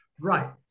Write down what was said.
Right